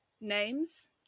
names